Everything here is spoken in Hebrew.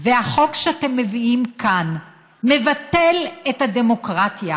והחוק שאתם מביאים כאן מבטל את הדמוקרטיה.